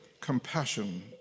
compassion